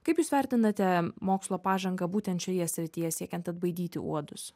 kaip jūs vertinate mokslo pažangą būtent šioje srityje siekiant atbaidyti uodus